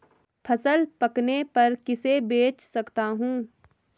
फसल पकने पर किसे बेच सकता हूँ?